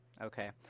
Okay